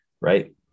right